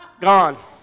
Gone